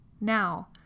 Now